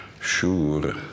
sure